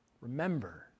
Remember